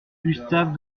gustave